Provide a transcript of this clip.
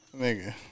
Nigga